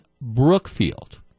Brookfield